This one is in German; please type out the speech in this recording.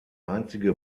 einzige